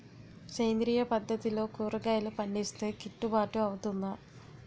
సేంద్రీయ పద్దతిలో కూరగాయలు పండిస్తే కిట్టుబాటు అవుతుందా?